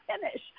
finish